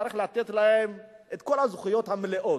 צריך לתת להם את כל הזכויות המלאות,